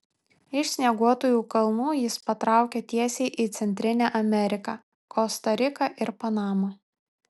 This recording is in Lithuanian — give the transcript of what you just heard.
iš snieguotųjų kalnų jis patraukė tiesiai į centrinę ameriką kosta riką ir panamą